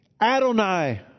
Adonai